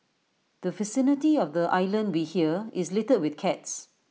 the vicinity of the island we hear is littered with cats